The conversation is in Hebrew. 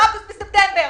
אוגוסט וספטמבר.